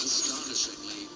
Astonishingly